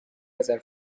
رزرو